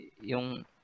yung